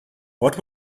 what